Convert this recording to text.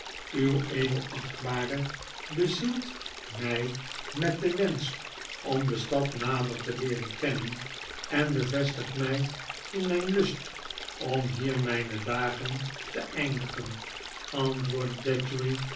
uw edelachtbare bezielt my met den wensch om de stad nader te leeren kennen en bevestigt my in mijn lust om hier myne dagen te eindigen antwoordde